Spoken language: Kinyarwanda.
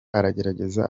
aragerageza